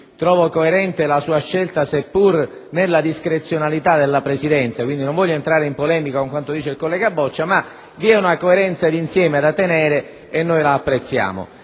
coerente la sua scelta, seppur nella discrezionalità della Presidenza. Non voglio entrare in polemica con quanto affermato dal collega Boccia, ma vi è una coerenza d'insieme da rispettare, e noi la apprezziamo.